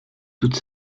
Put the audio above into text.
toute